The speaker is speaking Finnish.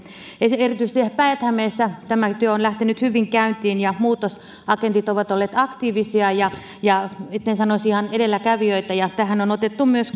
erityisesti päijät hämeessä tämä työ on lähtenyt hyvin käyntiin ja muutosagentit ovat olleet aktiivisia etten sanoisi ihan edelläkävijöitä ja tähän on otettu myös